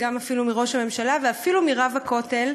אפילו מראש הממשלה ואפילו מרב הכותל,